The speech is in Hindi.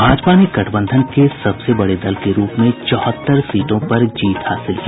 भाजपा ने गठबंधन के सबसे बड़े दल के रूप में चौहत्तर सीटों पर जीत हासिल की